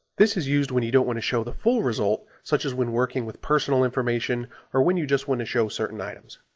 this is used when you don't want to show the full result, such as when working with personal information or when you just want to show certain items.